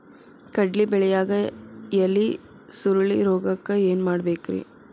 ಕಡ್ಲಿ ಬೆಳಿಯಾಗ ಎಲಿ ಸುರುಳಿರೋಗಕ್ಕ ಏನ್ ಮಾಡಬೇಕ್ರಿ?